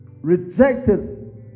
rejected